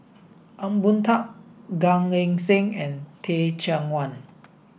Ong Boon Tat Gan Eng Seng and Teh Cheang Wan